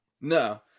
no